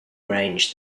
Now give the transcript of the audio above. arrange